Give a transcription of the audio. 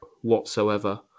whatsoever